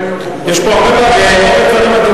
יש פה הרבה דברים מדהימים